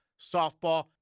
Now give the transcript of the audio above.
softball